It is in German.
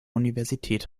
universität